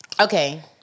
Okay